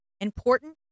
important